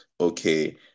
okay